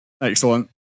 Excellent